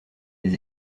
des